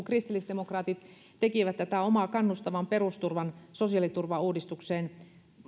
kristillisdemokraatit tekivät tätä omaa kannustavan perusturvan sosiaaliturvauudistukseen